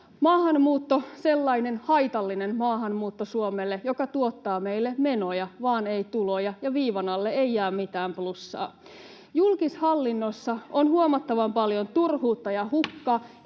Maahanmuutto, sellainen Suomelle haitallinen maahanmuutto, joka tuottaa meille menoja vaan ei tuloja, ja viivan alle ei jää mitään plussaa. Julkishallinnossa on huomattavan paljon turhuutta ja hukkaa